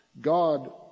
God